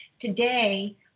Today